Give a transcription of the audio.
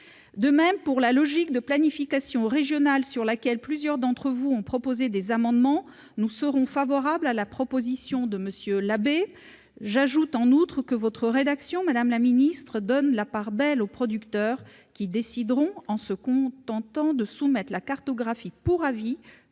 De même, pour la logique de planification régionale, sur laquelle plusieurs d'entre vous ont proposé des amendements, nous serons favorables à la proposition de M. Labbé. J'ajoute que votre rédaction, madame la secrétaire d'État, fait la part belle aux producteurs, qui décideront en se contentant de soumettre la cartographie pour avis